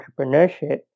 entrepreneurship